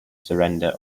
surrender